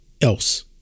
else